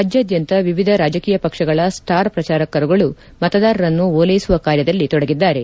ರಾಜ್ಯಾದ್ಯಂತ ವಿವಿಧ ರಾಜಕೀಯ ಪಕ್ಷಗಳ ಸ್ಟಾರ್ ಪ್ರಚಾರಕರುಗಳು ಮತದಾರರನ್ನು ಓಲೈಸುವ ಕಾರ್ಯದಲ್ಲಿ ತೊಡಗಿದ್ದಾರೆ